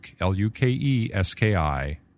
L-U-K-E-S-K-I